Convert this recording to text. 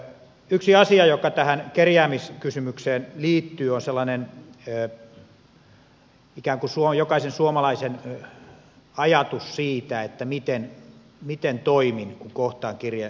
yksi asia joka tähän kerjäämiskysymykseen liittyy on sellainen ikään kuin jokaisen suomalaisen ajatus siitä miten toimin kun kohtaan kerjäläisen